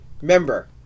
remember